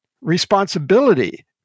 responsibility